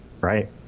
right